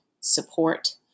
support